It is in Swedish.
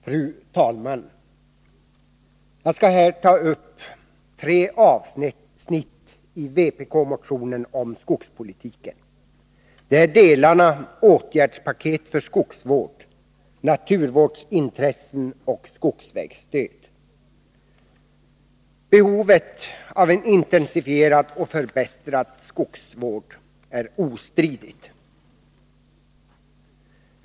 Fru talman! Jag skall här ta upp tre avsnitt i vpk-motionen om skogspolitiken. Det är delarna åtgärdspaket för skogsvård, naturvårdsintressen och skogsvägsstöd. Behovet av en intensifierad och förbättrad skogsvård är ostridigt.